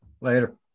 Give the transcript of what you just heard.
Later